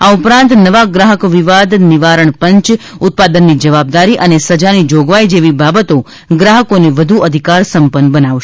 આ ઉપરાંત નવા ગ્રાહક વિવાદ નિવારણ પંચ ઉત્પાદનની જવાબદારી અને સજાની જોગવાઈ જેવી બાબતો ગ્રાહકોને વધુ અધિકારસંપન્ન બનાવશે